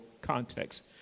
context